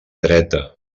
dreta